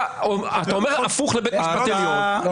אתה אומר הפוך לבית המשפט העליון --- לא נכון,